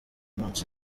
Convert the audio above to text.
munsi